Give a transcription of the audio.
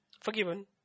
Forgiven